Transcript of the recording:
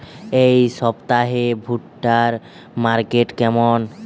এই সপ্তাহে ভুট্টার মার্কেট কেমন?